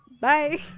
bye